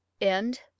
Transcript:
End